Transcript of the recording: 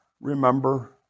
remember